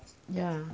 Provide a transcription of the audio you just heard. yeah